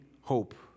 hope